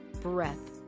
breath